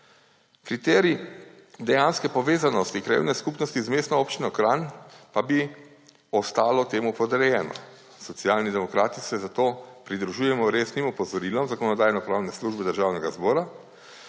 Kriterij dejanske povezanosti krajevne skupnosti z Mestno občino Kranj pa bi ostal temu podrejen. Socialni demokrati se zato pridružujemo resnim opozorilom Zakonodajno-pravne službe Državnega zbora,